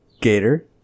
Gator